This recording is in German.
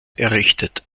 errichtet